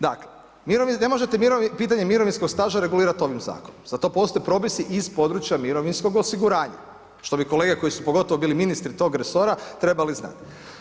Dakle, ne možete pitanje mirovinskog staža regulirati ovim zakonom za to postoje propisi iz područja mirovinskog osiguranja, što bi kolege koji su pogotovo bili ministri tog resora trebali znati.